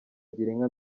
girinka